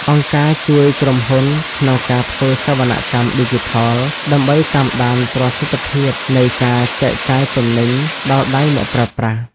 អង្គការជួយក្រុមហ៊ុនក្នុងការធ្វើសវនកម្មឌីជីថល ដើម្បីតាមដានប្រសិទ្ធភាពនៃការចែកចាយទំនិញដល់ដៃអ្នកប្រើប្រាស់។